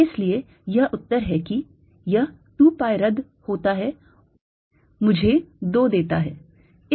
इसलिए यह उत्तर है कि यह 2 pi रद्द होता है मुझे 2 देता है